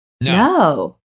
No